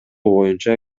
боюнча